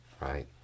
right